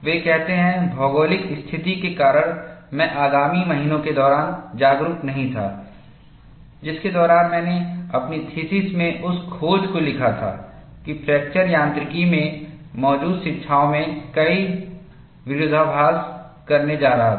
वे कहते हैं भौगोलिक स्थिति के कारण मैं आगामी महीनों के दौरान जागरूक नहीं था जिसके दौरान मैंने अपनी थीसिस में उस खोज को लिखा था कि मैं फ्रैक्चर यांत्रिकी में मौजूदा शिक्षाओं में कई विरोधाभास करने जा रहा था